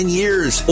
years